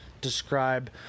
describe